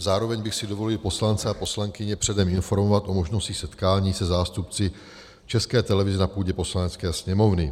Zároveň si dovoluji poslance a poslankyně předem informovat o možnosti setkání se zástupci České televize na půdě Poslanecké sněmovny.